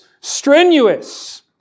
strenuous